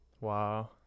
wow